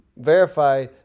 verify